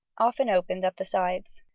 often opened up the sides.